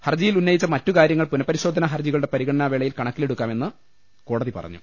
ഹർജിയിൽ ഉന്നയിച്ച മറ്റു കാര്യങ്ങൾ പുനപരിശോധനാ ഹർജികളുടെ പരിഗണനാവേളയിൽ കണക്കിലെടുക്കാമെന്ന് കോടതി പറഞ്ഞു